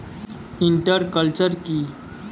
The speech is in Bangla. ইন্টার কালচার কি?